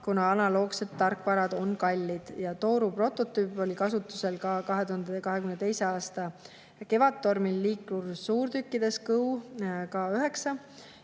kuna analoogsed tarkvarad on kallid. Tooru prototüüp oli kasutusel ka 2022. aasta Kevadtormil liikursuurtükkides K9 Kõu.